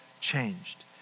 changed